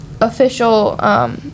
official